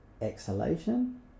exhalation